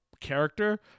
character